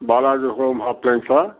Balaji home appliances